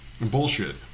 bullshit